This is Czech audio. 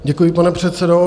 Děkuji, pane předsedo.